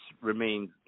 remains